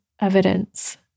evidence